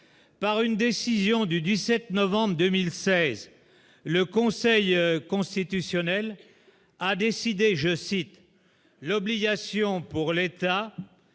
par une décision du 17 novembre 2016, le Conseil constitutionnel a décidé, je cite : l'obligation pour l'État